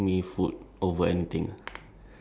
one thing that I wish was free ah